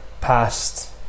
past